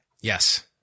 yes